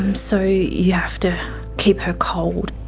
um so you have to keep her cold.